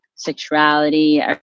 sexuality